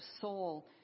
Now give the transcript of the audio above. soul